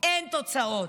אין תוצאות.